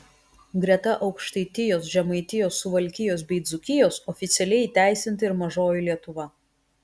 greta aukštaitijos žemaitijos suvalkijos bei dzūkijos oficialiai įteisinta ir mažoji lietuva